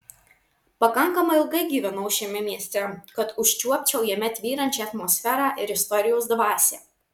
pakankamai ilgai gyvenau šiame mieste kad užčiuopčiau jame tvyrančią atmosferą ir istorijos dvasią